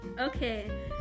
Okay